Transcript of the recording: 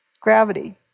gravity